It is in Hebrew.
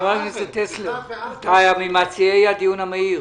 חבר הכנסת טסלר, ממציעי הדיון המהיר.